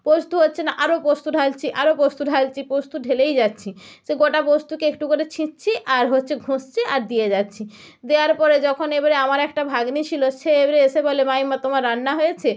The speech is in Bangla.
পোস্ত হচ্ছে না আরও পোস্ত ঢালছি আরও পোস্ত ঢালছি পোস্ত ঢেলেই যাচ্ছি সেই গোটা পোস্তকে একটু করে ছেঁচছি আর হচ্ছে ঘষছি আর দিয়ে যাচ্ছি দেওয়ার পরে যখন এবারে আমার একটা ভাগ্নি ছিল সে এবারে এসে বলে মামিমা তোমার রান্না হয়েছে